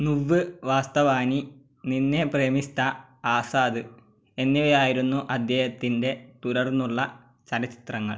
നുവ്വ് വാസ്തവാനി നിന്നെ പ്രേമിസ്ഥ ആസാദ് എന്നിവയായിരുന്നു അദ്ദേഹത്തിൻ്റെ തുടർന്നുള്ള ചലച്ചിത്രങ്ങൾ